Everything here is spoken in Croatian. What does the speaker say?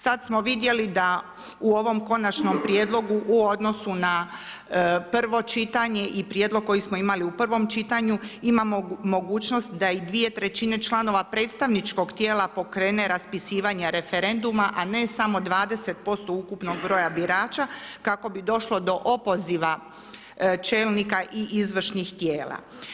Sada smo vidjeli da u ovom konačnom prijedlogu u odnosu na prvo čitanje i prijedlog koji smo imali u prvom čitanju imamo mogućnost da i dvije trećine članova predstavničkog tijela pokrene raspisivanje referenduma a ne samo 20% ukupnog broja birača kako bi došlo do opoziva čelnika i izvršnih tijela.